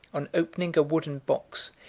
on opening a wooden box,